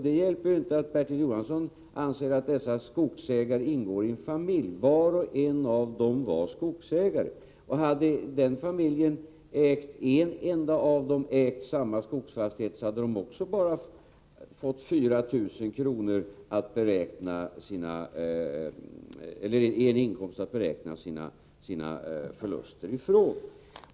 Det hjälper inte att Bertil Jonasson anser att skogsägarna vid samäganderätt ingår i en familj. Var och en av dem var skogsägare. Hade en enda av medlemmarna i en sådan familj ägt skogsfastigheten skulle också i det fallet bara 4 000 kr. gälla vid beräkningen av förlusterna.